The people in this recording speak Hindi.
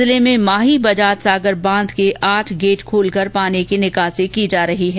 जिले में माही बजाज सागर बांध के आठ गेट खोलकर पानी की निकासी की जा रही है